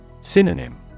Synonym